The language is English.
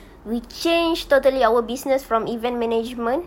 we changed totally our business from event management